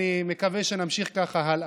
ואני מקווה שנמשיך ככה הלאה.